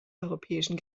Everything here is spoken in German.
europäischen